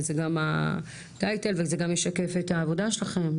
זה גם הטייטל וזה גם ישקף את העבודה שלכם.